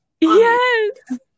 Yes